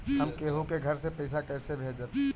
हम केहु के घर से पैसा कैइसे भेजम?